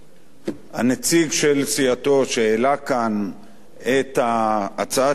הנציג של סיעתו שהעלה כאן את הצעת האי-אמון